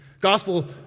Gospel